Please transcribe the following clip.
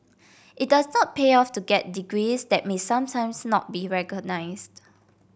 it does not pay off to get degrees that may sometimes not be recognised